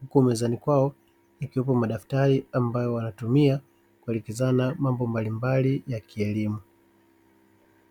huku mezani kwao ikiwepo madaftari, ambayo wanatumia kuelekezana mambo mbalimbali ya kielimu.